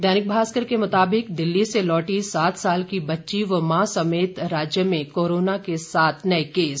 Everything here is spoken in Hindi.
दैनिक भास्कर के मुताबिक दिल्ली से लौटी सात साल की बच्ची व मां समेत राज्य में कोरोना के सात नए केस